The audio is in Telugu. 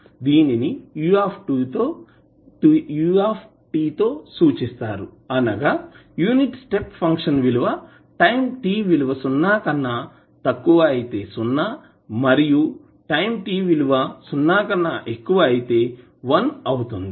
దీనిని u తో సూచిస్తారు అనగా యూనిట్ స్టెప్ ఫంక్షన్ విలువ టైం t విలువ సున్నా కన్నా తక్కువ అయితే సున్నా మరియు సున్నా కన్నా ఎక్కువ అయితే వన్ అవుతుంది